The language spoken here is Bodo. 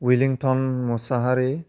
उइलिंथन मोसाहारि